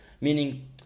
Meaning